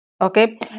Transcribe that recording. Okay